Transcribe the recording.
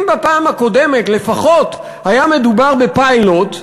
אם בפעם הקודמת לפחות היה מדובר בפיילוט,